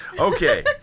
Okay